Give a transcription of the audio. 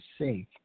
safe